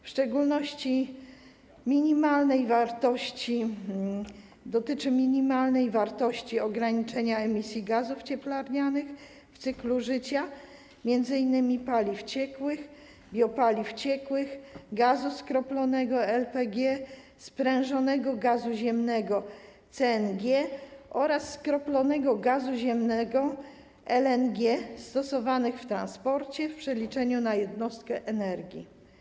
W szczególności dotyczy on minimalnej wartości ograniczenia emisji gazów cieplarnianych w cyklu życia m.in. paliw ciekłych, biopaliw ciekłych, gazu skroplonego LPG, sprężonego gazu ziemnego CNG oraz skroplonego gazu ziemnego LNG stosowanych w transporcie w przeliczeniu na jednostkę energii.